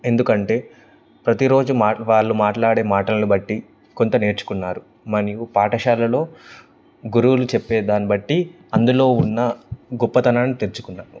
ఎందుకంటే ప్రతిరోజు మా వాళ్ళు మాట్లాడే మాటలను బట్టి కొంత నేర్చుకున్నాను మరియు పాఠశాలలో గురువులు చెప్పే దాన్ని బట్టి అందులో ఉన్న గొప్పతనాన్ని తెల్సుకున్నాను